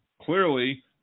Clearly